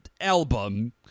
album